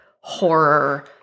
horror